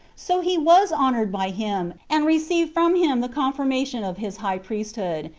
so he was honored by him, and received from him the confirmation of his high priesthood,